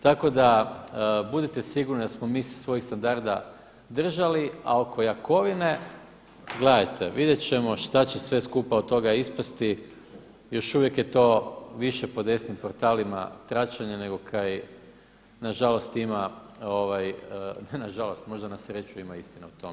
Tako da budite sigurni da smo se mi svojih standarda držali, a oko Jakovine, gledajte vidjet ćemo šta će sve skupa od toga ispasti, još uvijek je to po desnim portalima tračanje nego kaj nažalost ima ne nažalost možda na sreći ima istine u tome.